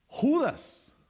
Judas